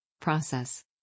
Process